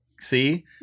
See